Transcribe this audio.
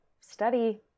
study